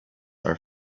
are